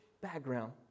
background